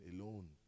alone